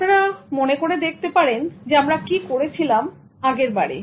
আপনারা মনে করে দেখতে পারেন আমরা কি করে ছিলাম আগের বারে